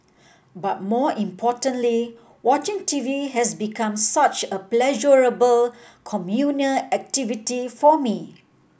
but more importantly watching TV has become such a pleasurable communal activity for me